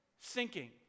sinking